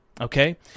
Okay